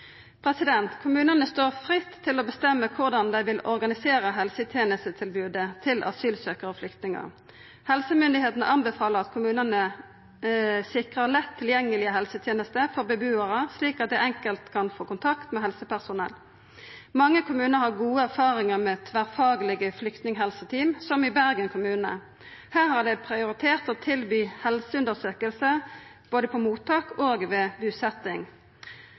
Kommunane står fritt til å bestemme korleis dei vil organisera helsetenestetilbodet til asylsøkjarar og flyktningar. Helsemyndigheitene anbefaler at kommunane sikrar lett tilgjengelege helsetenester for bebuarar, slik at dei enkelt kan få kontakt med helsepersonell. Mange kommunar har gode erfaringar med tverrfaglege flyktninghelseteam, som i Bergen kommune. Der har dei prioritert å tilby helseundersøking både på mottak og ved busetjing.